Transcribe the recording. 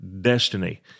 Destiny